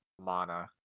Mana